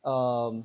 um